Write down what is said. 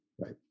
Right